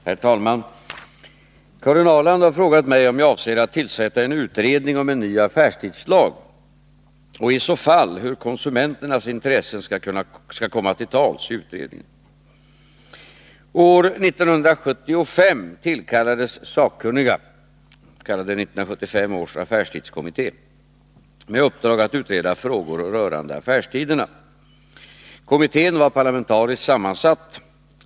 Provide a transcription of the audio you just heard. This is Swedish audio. Herr talman! Karin Ahrland har frågat mig om jag avser att tillsätta en utredning om en ny affärstidslag och, i så fall, hur konsumenternas intressen skall' komma till tals i utredningen. År 1975 tillkallades sakkunniga med uppdrag att utreda frågor rörande affärstiderna. Kommittén var parlamentariskt sammansatt.